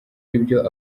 ibyo